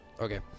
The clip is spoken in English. Okay